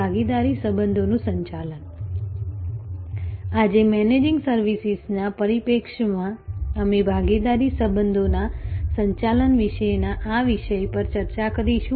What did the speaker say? ભાગીદાર સંબંધોનું સંચાલન આજે મેનેજિંગ સર્વિસિસના પરિપ્રેક્ષ્યમાં અમે ભાગીદાર સંબંધોના સંચાલન વિશેના આ વિષય પર ચર્ચા કરીશું